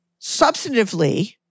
Substantively